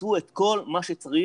עשו את כל מה שצריך